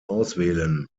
auswählen